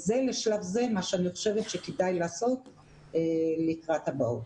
זה לשלב הזה מה שאני חושבת שכדאי לעשות לקראת הבאות.